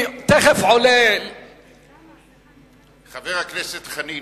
כמה יישובים ערביים הוקמו, חבר הכנסת חנין,